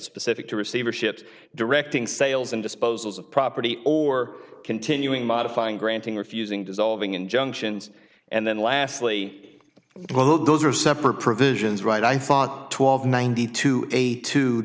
specific to receivership directing sales and disposals of property or continuing modifying granting refusing dissolving injunctions and then lastly those are separate provisions right i thought twelve ninety two eighty two